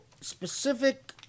specific